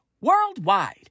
worldwide